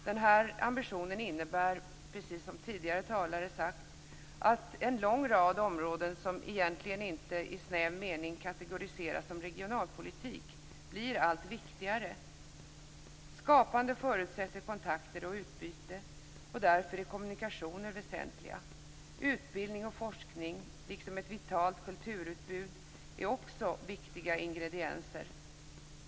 Denna ambition innebär, precis som tidigare talare sagt, att en lång rad områden som egentligen inte i snäv mening kategoriseras som regionalpolitik blir allt viktigare. Skapande förutsätter kontakter och utbyte, och därför är kommunikationer väsentliga. Utbildning och forskning, liksom ett vitalt kulturutbud, är också viktiga ingredienser.